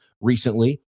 recently